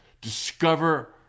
discover